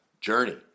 journey